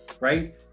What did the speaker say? right